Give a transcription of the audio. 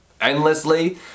endlessly